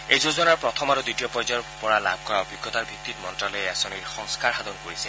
এই যোজনাৰ প্ৰথম আৰু দ্বিতীয় পৰ্যায়ৰ পৰা লাভ কৰা অভিজ্ঞতাৰ ভিত্তিত মন্ত্যালয়ে এই আঁচনিৰ সংস্থাৰসাধন কৰিছে